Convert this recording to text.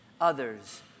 others